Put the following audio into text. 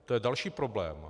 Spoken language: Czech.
To je další problém.